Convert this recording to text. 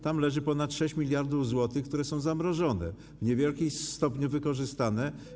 Tam leży ponad 6 mld zł, które są zamrożone, w niewielkim stopniu wykorzystane.